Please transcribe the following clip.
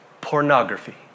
pornography